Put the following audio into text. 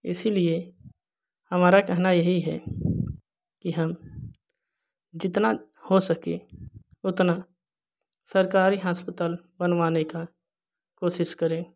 इसलिए हमारा कहना यही है कि हम जितना हो सके उतना सरकारी हॉस्पिटल बनवाने का कोशिश करें